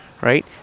Right